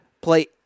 play